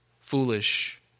foolish